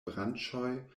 branĉoj